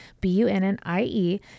B-U-N-N-I-E